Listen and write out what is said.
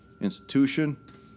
Institution